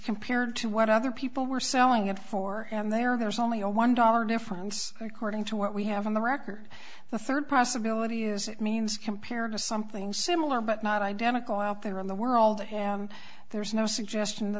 compared to what other people were selling it for and they are there's only a one dollar difference according to what we have on the record the third possibility is it means compared to something similar but not identical out there in the world there's no suggestion